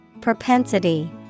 Propensity